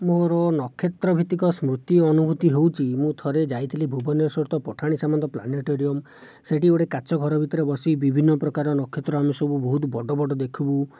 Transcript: ମୋର ନକ୍ଷତ୍ରଭିତ୍ତିକ ସ୍ମୃତି ଅନୁଭୂତି ହେଉଛି ମୁଁ ଥରେ ଯାଇଥିଲି ଭୁବନେଶ୍ୱରର ପଠାଣି ସାମନ୍ତ ପ୍ଲାନେଟୋରିୟମ ସେଠି ଗୋଟିଏ କାଚ ଘର ଭିତରେ ବସିକି ବିଭିନ୍ନ ପ୍ରକାର ନକ୍ଷତ୍ର ଆମେ ସବୁ ବହୁତ ବଡ଼ ବଡ଼ ଦେଖୁ